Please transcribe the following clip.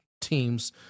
teams